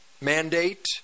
mandate